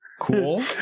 Cool